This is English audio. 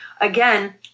again